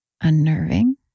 unnerving